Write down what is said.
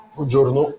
Buongiorno